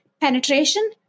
penetration